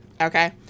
okay